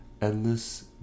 Endless